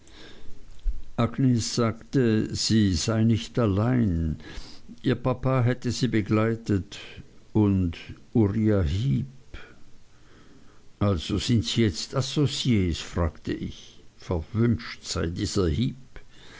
agnes sagte sie sei nicht allein ihr papa hätte sie begleitet und uriah heep also sind sie jetzt associes fragte ich verwünscht sei dieser heep